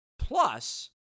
Plus